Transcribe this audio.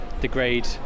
degrade